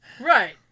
Right